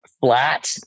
flat